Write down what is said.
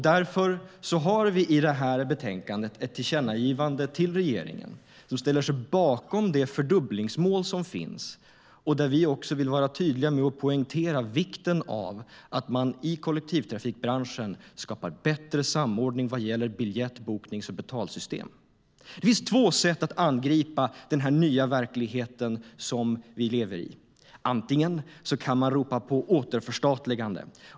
Därför har vi i det här betänkandet ett tillkännagivande till regeringen där vi ställer oss bakom det fördubblingsmål som finns. Vi vill vara tydliga med att poängtera vikten av att man i kollektivtrafikbranschen skapar bättre samordning vad gäller biljett, boknings och betalsystem. Det finns två sätt att angripa den nya verklighet som vi lever i. Man kan ropa på återförstatligande.